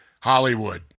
Hollywood